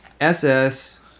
SS